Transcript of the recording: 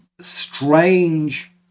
strange